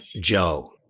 Joe